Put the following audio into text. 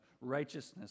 righteousness